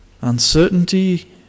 Uncertainty